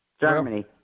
Germany